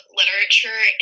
literature